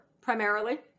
primarily